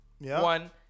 One